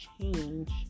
change